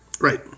Right